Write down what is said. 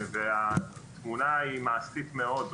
והתמונה היא מעשית מאוד,